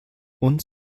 uns